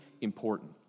important